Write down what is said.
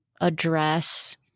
address